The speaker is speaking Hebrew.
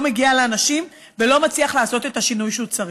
מגיע לאנשים ולא מצליח לעשות את השינוי שהוא צריך.